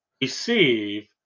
receive